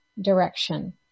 direction